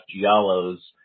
Giallo's